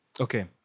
...okay